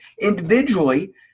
individually